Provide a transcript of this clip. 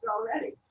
already